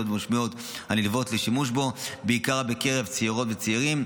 המשמעותיות הנלוות לשימוש בו בעיקר בקרב צעירות וצעירים,